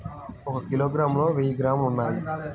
ఒక కిలోగ్రామ్ లో వెయ్యి గ్రాములు ఉన్నాయి